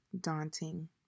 daunting